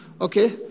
Okay